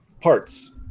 parts